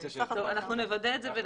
אנחנו נוודא את זה.